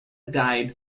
died